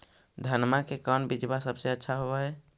धनमा के कौन बिजबा सबसे अच्छा होव है?